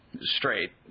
straight